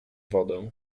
wodę